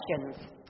questions